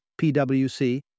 PWC